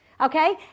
Okay